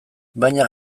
baina